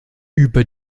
über